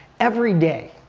everyday,